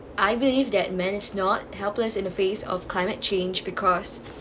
I believe that managed not helpless in the face of climate change because